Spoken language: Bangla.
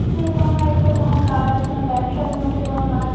যে কোনো একটা কোনো কাজ কোনো ব্যবসার মধ্যে কোনো কাজ